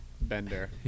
Bender